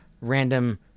random